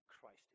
Christ